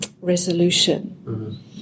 resolution